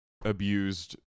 abused